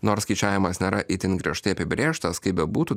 nors skaičiavimas nėra itin griežtai apibrėžtas kaip bebūtų